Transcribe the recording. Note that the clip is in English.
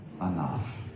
enough